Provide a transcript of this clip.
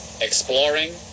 exploring